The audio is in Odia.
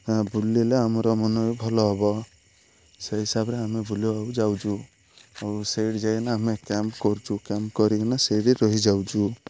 ବୁଲିଲେ ଆମର ମନ ବି ଭଲ ହବ ସେଇ ହିସାବରେ ଆମେ ବୁଲିବାକୁ ଯାଉଛୁ ଆଉ ସେଇଠି ଯାଇକିନା ଆମେ କ୍ୟାମ୍ପ କରୁଛୁ କ୍ୟାମ୍ପ କରିକିନା ସେଇଠି ରହିଯାଉଛୁ